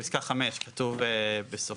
בפסקה (5) כתוב בסופה,